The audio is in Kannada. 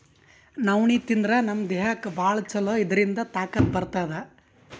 ನವಣಿ ತಿಂದ್ರ್ ನಮ್ ದೇಹಕ್ಕ್ ಭಾಳ್ ಛಲೋ ಇದ್ರಿಂದ್ ತಾಕತ್ ಬರ್ತದ್